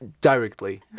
Directly